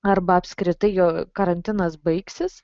arba apskritai jo karantinas baigsis